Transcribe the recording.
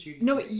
no